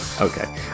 Okay